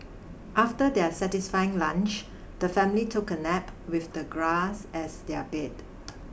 after their satisfying lunch the family took a nap with the grass as their bed